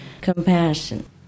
compassion